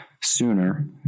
sooner